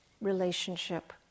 relationship